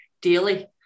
daily